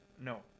no